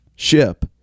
ship